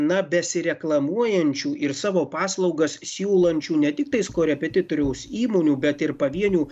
na besireklamuojančių ir savo paslaugas siūlančių ne tiktais korepetitoriaus įmonių bet ir pavienių